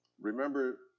Remember